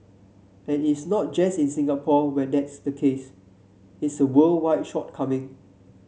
and it's not just in Singapore where that's the case it's a worldwide shortcoming